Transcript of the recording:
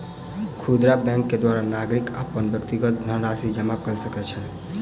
खुदरा बैंक के द्वारा नागरिक अपन व्यक्तिगत धनराशि जमा कय सकै छै